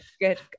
good